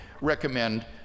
recommend